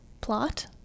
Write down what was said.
plot